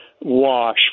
wash